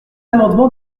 amendement